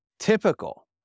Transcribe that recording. Typical